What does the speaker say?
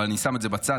אבל אני שם את זה בצד.